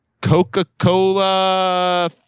coca-cola